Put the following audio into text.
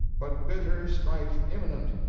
but bitter strife imminent!